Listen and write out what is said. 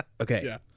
Okay